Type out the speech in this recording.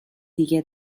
دیگه